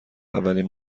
اولین